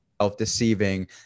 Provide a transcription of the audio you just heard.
self-deceiving